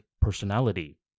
personality